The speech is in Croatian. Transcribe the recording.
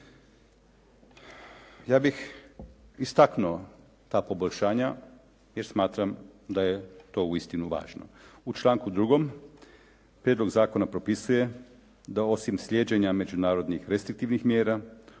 Ja bih istaknuo ta poboljšanja jer smatram da je to uistinu važno. U članku 2. prijedlog zakona propisuje da osim slijeđenja međunarodnih restriktivnih mjera